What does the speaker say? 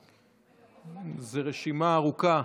זו רשימה ארוכה.